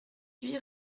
huit